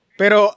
pero